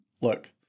look